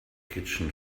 kitchen